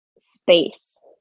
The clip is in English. space